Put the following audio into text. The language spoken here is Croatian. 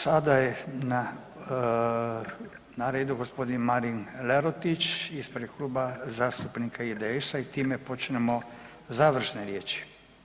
Sada je na redu g. Marin Lerotić ispred Kluba zastupnika IDS-a i time počnemo završeno riječi.